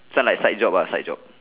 this one like side job lah side job